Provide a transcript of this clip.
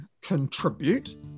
contribute